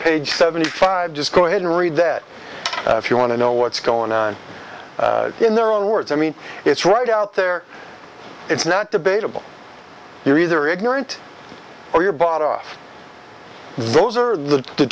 page seventy five just go ahead and read that if you want to know what's going on in their own words i mean it's right out there it's not debatable you're either ignorant or your bought off those are the